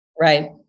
right